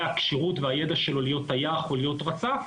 הכשירות והידע שלו להיות טייח או להיות רצף.